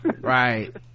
right